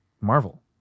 Marvel